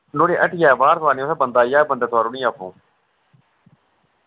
नोह्ड़ी हट्टियै बाह्र तोआरनी उत्थै बंदा आई जाह्ग बंदै तुआरी ओड़नी आपूं